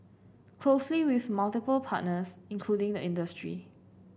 closely with multiple partners including the industry